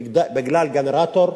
בגלל גנרטור,